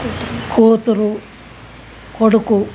కూతురు కొడుకు